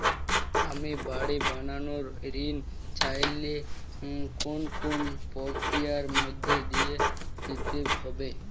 আমি বাড়ি বানানোর ঋণ চাইলে কোন কোন প্রক্রিয়ার মধ্যে দিয়ে যেতে হবে?